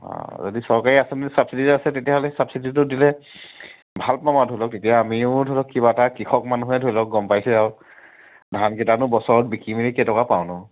অঁ যদি চৰকাৰী আঁচনি চাবচিডি আছে তেতিয়াহ'লে চাবচিডিটো দিলে ভাল পাম আৰু ধৰি লওক তেতিয়া আমিও ধৰি লওক কিবা এটা কৃষক মানুহহে ধৰি লওক গম পাইছে আৰু ধান কেইটানো বছৰত বিকি মেলি কেইটকা পাওঁনো